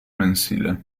mensile